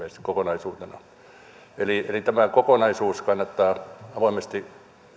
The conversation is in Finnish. kokonaisuutena eli tämä kokonaisuus kannattaa avoimesti